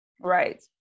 right